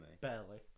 Barely